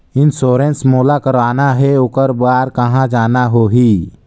Insurance मोला कराना हे ओकर बार कहा जाना होही?